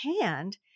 hand